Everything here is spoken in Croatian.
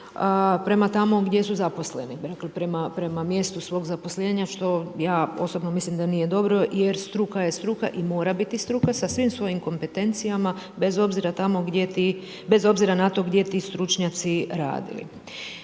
prema tamo gdje su zaposleni, dakle prema mjestu svog zaposlenja što ja osobno mislim da nije dobro jer struka je struka i mora biti struka sa svim svojim kompetencijama bez obzira na to gdje ti stručnjaci radili.